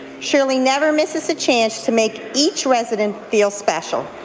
shirley never misses a chance to make each resident feel special.